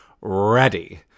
Ready